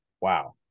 wow